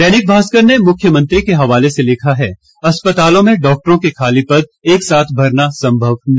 दैनिक भास्कर ने मुख्यमंत्री के हवाले से लिखा है अस्पतालों में डॉक्टरों के खाली पद एक साथ भरना संभव नहीं